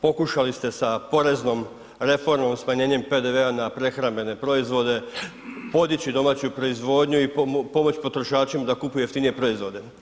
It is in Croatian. Pokušali ste sa poreznom reformom smanjenje PDV-a na prehrambene proizvode podići domaću proizvodnju i pomoći potrošaču da kupuju jeftinije proizvode.